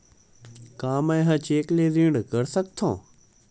का मैं ह चेक ले ऋण कर सकथव?